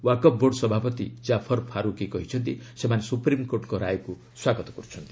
Waqf board ସଭାପତି ଜାଫର ଫାରୁକି କହିଛନ୍ତି ସେମାନେ ସୁପ୍ରିମ୍କୋର୍ଟଙ୍କ ରାୟକୁ ସ୍ୱାଗତ କରୁଛନ୍ତି